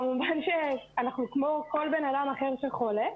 כמובן שאנחנו כמו כל בן אדם אחר שחולה.